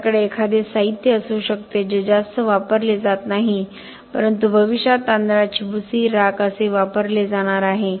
आपल्याकडे एखादे साहित्य असू शकते जे जास्त वापरले जात नाही परंतु भविष्यात तांदळाची भुसी राख असे वापरले जाणार आहे